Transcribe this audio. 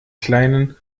kleinen